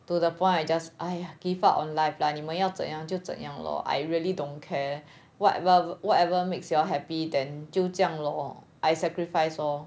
to the point I just !aiya! give up on life lah 你们要怎样就怎样 lor I really don't care what well whatever makes you all happy then 就这样 lor I sacrifice lor